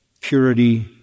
purity